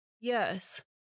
Yes